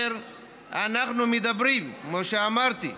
אנחנו אומרים, כמו שאמרתי,